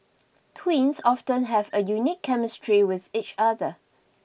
twins often have a unique chemistry with each other